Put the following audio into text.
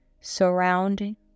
surrounding